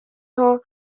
aho